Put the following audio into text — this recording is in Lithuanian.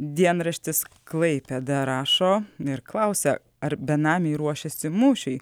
dienraštis klaipėda rašo ir klausia ar benamiai ruošiasi mūšiui